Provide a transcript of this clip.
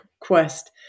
quest